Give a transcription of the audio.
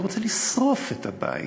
הוא רוצה לשרוף את הבית.